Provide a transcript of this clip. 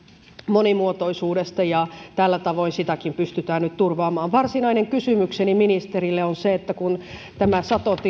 monimuotoisuudesta ja tällä tavoin sitäkin pystytään nyt turvaamaan varsinainen kysymykseni ministerille on kun satotilanne on nyt näin huono